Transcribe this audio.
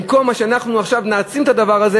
במקום שעכשיו נעצים את הדבר הזה,